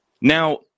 Now